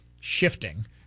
shifting